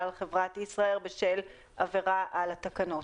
על חברת ישראייר בשל עברה על התקנות.